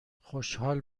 خوشحال